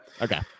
okay